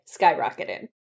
skyrocketed